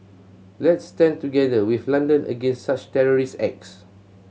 let's stand together with London against such terrorist acts